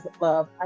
love